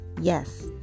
Yes